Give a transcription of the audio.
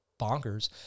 bonkers